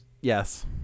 Yes